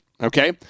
Okay